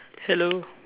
hello